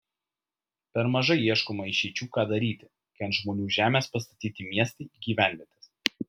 per mažai ieškoma išeičių ką daryti kai ant žmonių žemės pastatyti miestai gyvenvietės